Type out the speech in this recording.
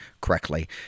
correctly